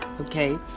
okay